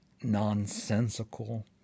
nonsensical